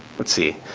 let's see,